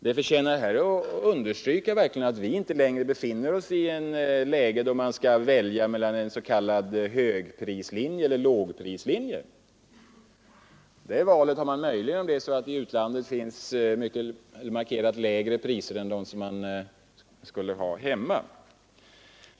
Det förtjänar verkligen understrykas att vi inte längre befinner oss i en situation då man skall välja mellan vad som kallas en högprislinje och en lågprislinje. Det valet kan man möjligen göra om det i utlandet finns priser som är mycket markerat lägre än de priser som man skulle ha här hemma.